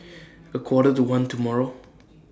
A Quarter to one tomorrow